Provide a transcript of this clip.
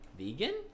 vegan